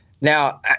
Now